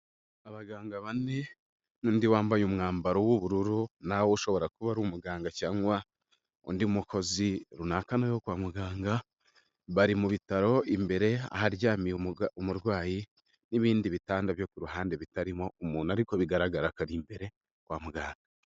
Abaganga bane, n'undi wambaye umwambaro w'ubururu nawewe ushobora kuba ari umuganga cyangwa undi mukozi runaka naho kwa muganga, bari mu bitaro imbere aharyamye umurwayi n'ibindi bitanda byo ku ruhande bitarimo umuntu ariko bigaragara ko ari imbere kwa muganga.